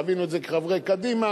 חווינו את זה כחברי קדימה,